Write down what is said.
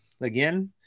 Again